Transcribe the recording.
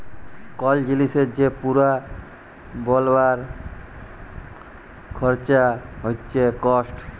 call জিলিসের যে পুরা বলবার খরচা হচ্যে কস্ট